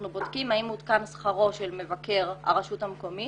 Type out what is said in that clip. אנחנו בודקים האם עודכן שכרו של מבקר הרשות המקומית